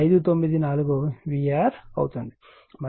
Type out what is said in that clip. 594 kVAr అవుతుంది